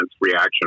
reaction